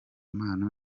mpano